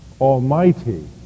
Almighty